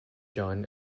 john